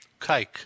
Kike